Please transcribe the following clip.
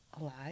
Alive